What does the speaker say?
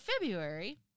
February